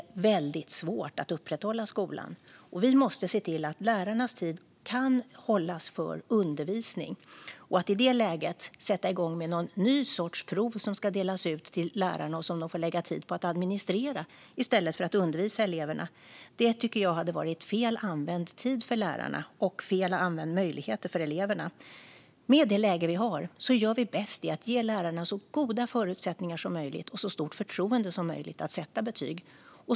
I en pandemi är det svårt att upprätthålla skolan, och vi måste se till att lärarnas tid kan användas till undervisning. Att i det läget sätta igång med någon ny sorts prov som ska delas ut till lärarna och som de får lägga tid på att administrera i stället för att undervisa eleverna tycker jag hade varit felanvänd tid för lärarna och felanvända möjligheter för eleverna. I det läge vi har gör vi bäst i att ge lärarna så goda förutsättningar och så stort förtroende som möjligt att sätta betyg.